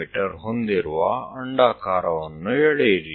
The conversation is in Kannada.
ಮೀ ಹೊಂದಿರುವ ಅಂಡಾಕಾರವನ್ನು ಎಳೆಯಿರಿ